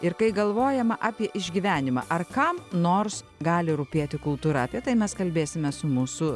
ir kai galvojama apie išgyvenimą ar kam nors gali rūpėti kultūra apie tai mes kalbėsime su mūsų